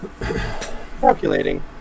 Calculating